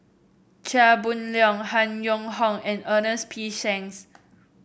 Chia Boon Leong Han Yong Hong and Ernest P Shanks